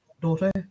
daughter